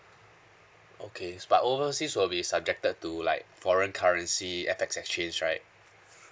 okay but overseas will be subjected to like foreign currency F_X exchange right